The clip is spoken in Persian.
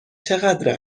چقدر